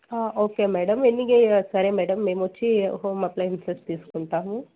okay madam ఎన్ని సరే madam మేము వచ్చి హోమ్ అప్లయెన్సెస్ తీసుకుంటాము